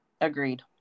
Agreed